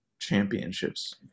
championships